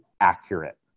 accurate